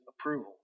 approval